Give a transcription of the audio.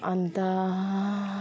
अन्त